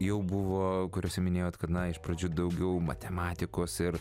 jau buvo kuriose minėjot kad na iš pradžių daugiau matematikos ir